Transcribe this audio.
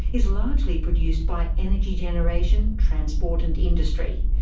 is largely produced by energy generation, transport and industry.